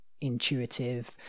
intuitive